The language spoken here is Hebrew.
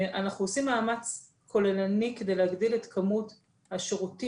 אנחנו עושים מאמץ כוללני על מנת להגדיל את כמות השירותים